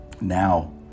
Now